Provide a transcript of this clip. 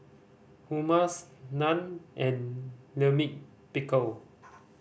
Hummus Naan and Lime Pickle